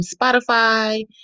Spotify